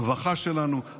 הרווחה שלנו,